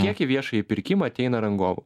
kiek į viešąjį pirkimą ateina rangovų